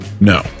No